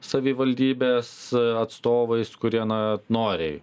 savivaldybės atstovais kurie na noriai